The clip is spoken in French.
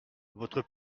votre